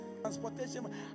Transportation